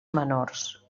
menors